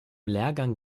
lehrgang